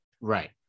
right